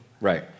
Right